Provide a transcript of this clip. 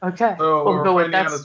Okay